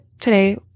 today